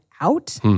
out